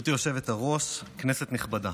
גברתי היושבת-ראש, כנסת נכבדה,